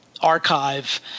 archive